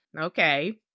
Okay